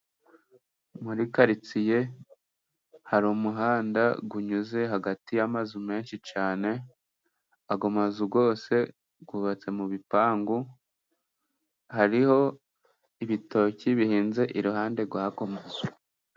Muri karitsiye, har'umuhanda unyuze hagati y'amazu menshi cyane, ayo mazu yose yubatse mu bipangu, hariho ibitoki bihinze iruhande rwayo mazu.